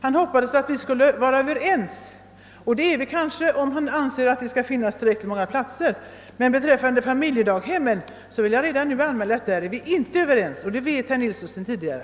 Han hoppades att vi skulle vara överens, och det är vi kanske om han anser att det skall finnas tillräckligt många sådana platser, men beträffande familjedaghemmen vill jag redan nu anmäla att vi inte är överens. Det vet herr Nilsson i Tvärålund sedan tidigare.